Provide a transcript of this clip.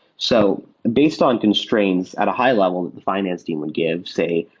so based on constraints at a high-level a finance team would give, say,